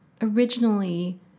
originally